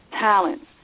talents